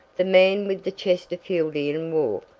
the man with the chesterfieldian walk,